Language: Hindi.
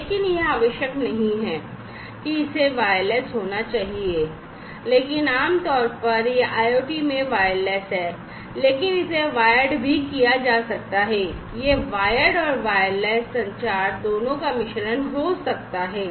लेकिन यह आवश्यक नहीं है कि इसे वायरलेस होना चाहिए लेकिन आमतौर पर यह IOT में वायरलेस है लेकिन इसे wired भी किया जा सकता है या यह वायर्ड और वायरलेस संचार दोनों का मिश्रण हो सकता है